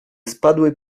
spadły